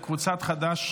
קבוצת חד"ש